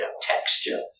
texture